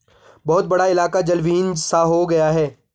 बहुत बड़ा इलाका जलविहीन सा हो गया है